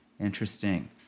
Interesting